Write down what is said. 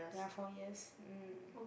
ya four years mm